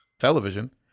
television